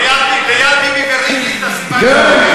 ביחד עם ביבי וריבלין תשים את צ'ה גווארה?